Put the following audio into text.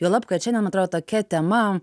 juolab kad šiandien man atrodo tokia tema